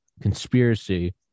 conspiracy